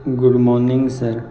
good morning sir